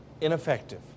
ineffective